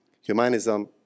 humanism